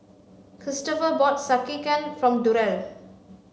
Cristopher bought Sekihan for Durell